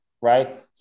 right